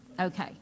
Okay